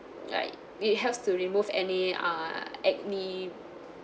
like it helps to remove any uh acne